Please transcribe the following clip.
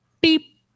beep